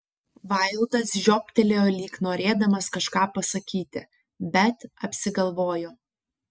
vaildas žiobtelėjo lyg norėdamas kažką pasakyti bet apsigalvojo